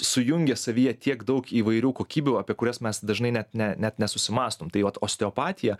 sujungia savyje tiek daug įvairių kokybių apie kurias mes dažnai net ne net nesusimąstom tai vat osteopatija